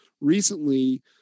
recently